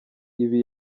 ibi